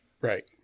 Right